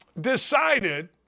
decided